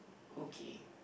okay